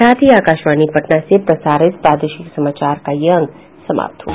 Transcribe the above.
इसके साथ ही आकाशवाणी पटना से प्रसारित प्रादेशिक समाचार का ये अंक समाप्त हुआ